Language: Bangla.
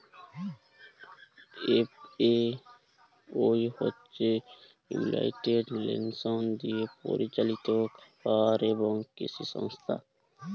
এফ.এ.ও হছে ইউলাইটেড লেশলস দিয়ে পরিচালিত খাবার এবং কিসি সংস্থা